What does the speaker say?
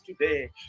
today